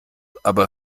aber